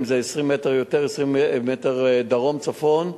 אם זה 20 מטר דרום צפון.